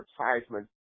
advertisement